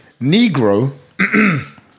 negro